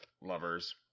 lovers